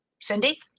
Cindy